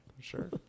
Sure